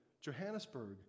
Johannesburg